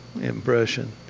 impression